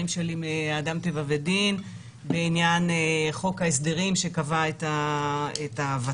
שלי מאדם טבע ודין בעניין חוק ההסדרים שקבע את הותמ"ל,